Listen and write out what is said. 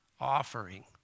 offering